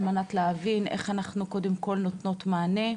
על מנת להבין איך אנחנו קודם כל נותנות מענה,